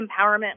empowerment